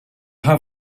have